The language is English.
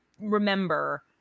remember